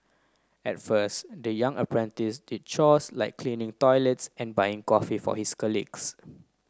at first the young apprentice did chores like cleaning toilets and buying coffee for his colleagues